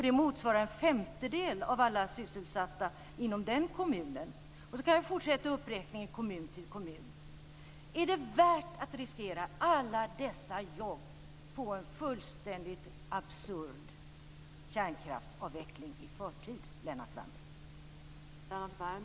Det motsvarar en femtedel av alla sysselsatta inom den kommunen. Jag kan fortsätta uppräkningen kommun efter kommun. Är det värt att riskera alla dessa jobb på en fullständigt absurd kärnkraftsavveckling i förtid, Lennart